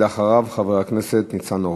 לאחריו, חבר הכנסת ניצן הורוביץ.